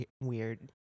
Weird